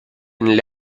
nelle